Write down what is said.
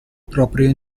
proprio